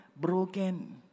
broken